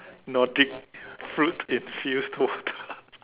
Nordic fruit infused water